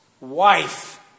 wife